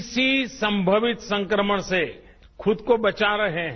किसी संभावित संक्रमण से खूद को बचा रहे हैं